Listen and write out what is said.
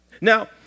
Now